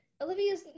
Olivia's